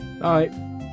Bye